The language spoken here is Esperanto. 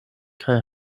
kaj